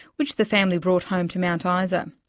which the family brought home to mount ah isa.